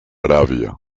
arabia